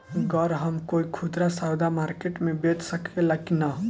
गर हम कोई खुदरा सवदा मारकेट मे बेच सखेला कि न?